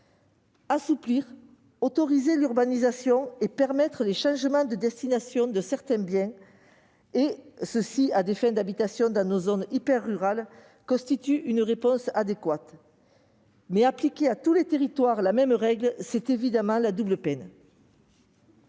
Assouplir, autoriser l'urbanisation et permettre les changements de destination de certains biens à des fins d'habitation dans nos zones hyper-rurales constitue une réponse adéquate. Cependant, appliquer à tous les territoires la même règle, c'est la double peine